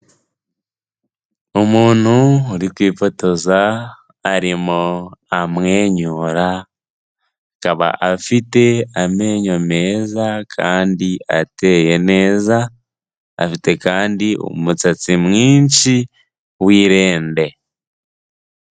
Umuntu uri kwifotoza arimo amwenyura, akaba afite amenyo meza kandi ateye neza, afite kandi umusatsi mwinshi w'irende.